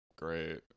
great